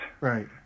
Right